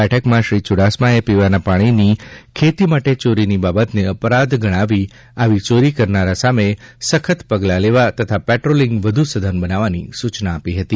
બેઠકમાં શ્રી ચુડાસમાએ પીવાના પાણીની ખેતી માટે ચોરીની બાબતને અપરાધ ગણાવી આવી ચોરી કરનાર સામે સખત પગલાં લેવા તથા પેટ્રોલીંગ વધુ સઘન બનાવવાની સૂચના આપી હતી